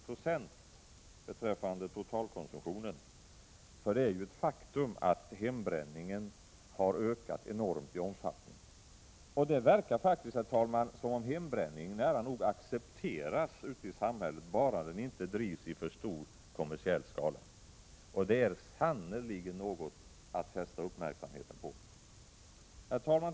Jag har gjort det själv tidigare. Det är ett faktum att hembränningen har ökat enormt i omfattning. Det verkar faktiskt, herr talman, som om hembränningen nära nog accepteras ute i samhället, bara den inte drivs i för stor kommersiell skala. Det är sannerligen något att fästa uppmärksamheten på. Herr talman!